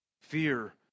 Fear